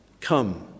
Come